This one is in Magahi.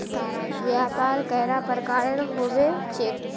व्यापार कैडा प्रकारेर होबे चेक?